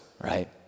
right